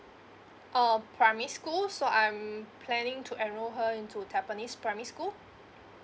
oh primary school so I'm planning to enrol her into tampines primary school